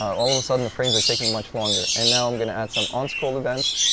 all of a sudden, the frames are taking much longer. and now i'm going to add some on-scroll events,